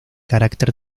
carácter